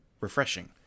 refreshing